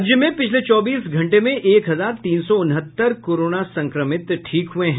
राज्य में पिछले चौबीस घंटे में एक हजार तीन सौ उनहत्तर कोरोना संक्रमित ठीक हुए हैं